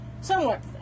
somewhat